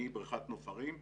מבריכת נוף הרים צפונה.